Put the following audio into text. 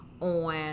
on